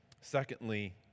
Secondly